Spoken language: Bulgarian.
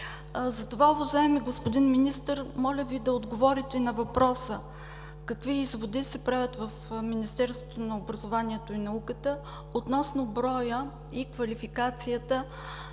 Затова, уважаеми господин Министър, моля Ви да отговорите на въпроса: какви изводи се правят в Министерството на образованието и науката относно броя и квалификацията